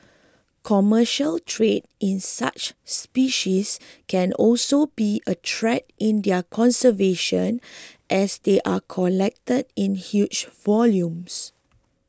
commercial trade in such species can also be a threat to their conservation as they are collected in huge volumes